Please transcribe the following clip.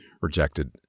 rejected